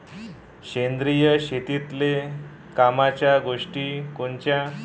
सेंद्रिय शेतीतले कामाच्या गोष्टी कोनच्या?